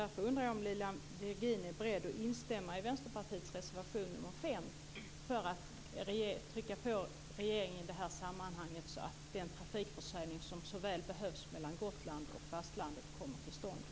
Därför undrar jag om Lilian Virgin är beredd att instämma i Vänsterpartiets reservation nr 5 för att utöva påtryckning på regeringen i det här sammanhanget, så att den trafikförsörjning som så väl behövs mellan Gotland och fastlandet kommer till stånd.